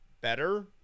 better